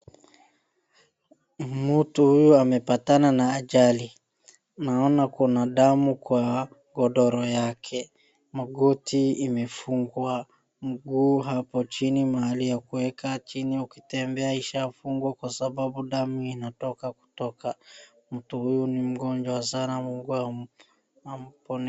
Mtu huyu amepatana na ajali, naona kuna damu kwa godoro yake, magoti imefungua nguo hapo chini mahali ya kuweka chini ukitembea ishafungwa kwa sababu damu inatoka kutoka mtu huyu ni mgonjwa sana, Mungu amponye.